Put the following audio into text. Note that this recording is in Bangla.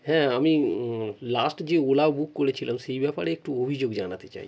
হ্যাঁ আমি লাস্ট যে ওলা বুক করেছিলাম সেই ব্যাপারে একটু অভিযোগ জানাতে চাই